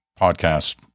podcast